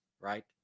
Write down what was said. right